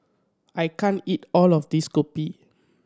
I can't eat all of this kopi